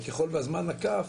וככל והזמן נקף,